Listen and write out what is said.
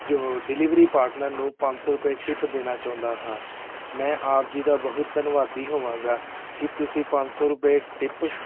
ਜੋ delivery partner ਨੂੰ ਪੰਜ ਸੌ ਰੁਪਏ ਟਿਪ ਦੇਣਾ ਚਾਹੁੰਦਾ ਹਾਂ ਮੈਂ ਆਪ ਜੀ ਦਾ ਬਹੁਤ ਧੰਨਵਾਦੀ ਹੋਵਾਂਗਾ ਕਿ ਤੁਸੀਂ ਪੰਜ ਸੌ ਰੁਪਏ ਟਿਪ